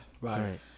Right